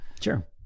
sure